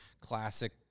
classic